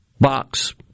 box